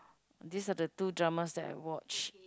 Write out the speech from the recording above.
these are the two dramas that I watch